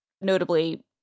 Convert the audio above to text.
notably